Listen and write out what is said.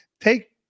take